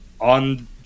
on